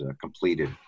completed